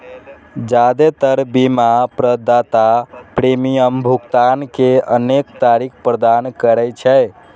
जादेतर बीमा प्रदाता प्रीमियम भुगतान के अनेक तरीका प्रदान करै छै